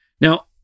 Now